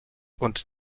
und